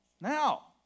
Now